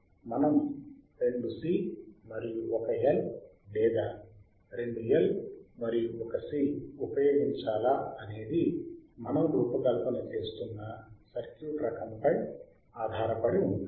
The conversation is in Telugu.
కాబట్టి మనం 2C మరియు 1L లేదా 2L మరియు 1C ఉపయోగించాలా అనేది మనం రూపకల్పన చేస్తున్న సర్క్యూట్ రకంపై ఆధారపడి ఉంటుంది